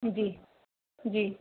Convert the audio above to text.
जी जी